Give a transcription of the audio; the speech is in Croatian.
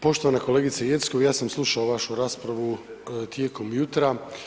Poštovana kolegice Jeckov, ja sam slušao vašu raspravu tijekom jutra.